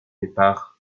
départ